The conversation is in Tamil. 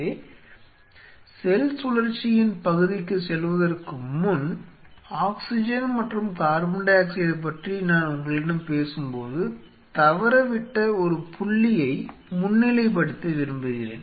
எனவே செல் சுழற்சியின் பகுதிக்குச் செல்வதற்கு முன் ஆக்ஸிஜன் மற்றும் கார்பன் டை ஆக்சைடு பற்றி நான் உங்களிடம் பேசும்போது தவறவிட்ட ஒரு புள்ளியை முன்னிலைப்படுத்த விரும்புகிறேன்